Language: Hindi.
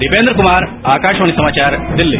दीपेन्द्र कुमार आकाशवाणी समाचार दिल्ली